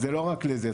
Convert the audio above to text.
זה לא רק לזה,